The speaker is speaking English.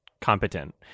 competent